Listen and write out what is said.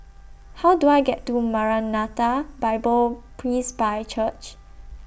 How Do I get to Maranatha Bible Presby Church